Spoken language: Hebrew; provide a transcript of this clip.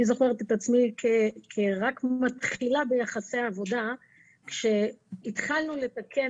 אני זוכרת את עצמי כרק מתחילה ביחסי עבודה כשהתחלנו לתקן